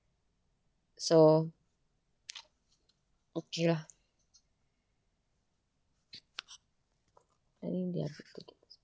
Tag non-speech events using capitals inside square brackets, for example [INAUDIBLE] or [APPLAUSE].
so [NOISE] okay lah planning their